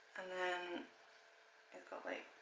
and then it's got a